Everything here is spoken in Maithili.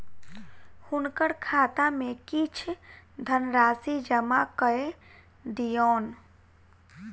हुनकर खाता में किछ धनराशि जमा कय दियौन